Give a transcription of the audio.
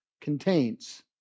contains